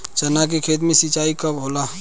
चना के खेत मे सिंचाई कब होला?